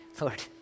Lord